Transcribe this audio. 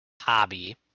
hobby